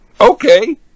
okay